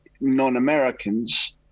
non-Americans